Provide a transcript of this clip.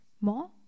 More